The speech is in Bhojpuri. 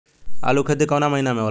आलू के खेती कवना महीना में होला?